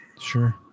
Sure